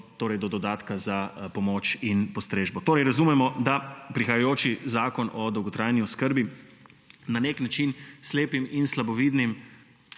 upravičenido dodatka za pomoč in postrežbo. Razumemo, da prihajajoči zakon o dolgotrajni oskrbi na nek način slepim in slabovidnim